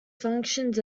functions